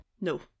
No